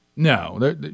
No